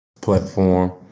platform